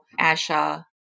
ASHA